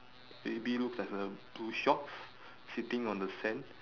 maybe looks as a blue shorts sitting on the sand